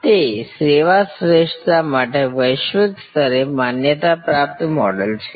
તે સેવા શ્રેષ્ઠતા માટે વૈશ્વિક સ્તરે માન્યતા પ્રાપ્ત મોડેલ છે